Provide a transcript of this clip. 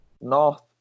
North